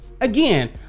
Again